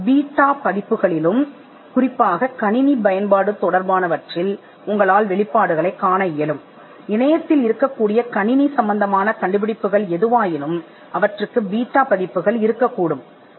beta பதிப்புகளில் குறிப்பாக கணினி பயன்பாடு தொடர்பான ஏதேனும் ஒன்றை நீங்கள் காணலாம் கணினிகள் தொடர்பான கண்டுபிடிப்புகள் இணையத்தில் எதையும் பீட்டா பதிப்பைக் கொண்டிருக்கக்கூடும் என்பதை நீங்கள் காண்பீர்கள்